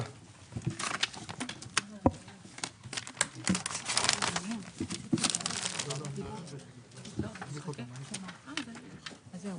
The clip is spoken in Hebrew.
הישיבה ננעלה בשעה 12:40.